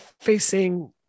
facing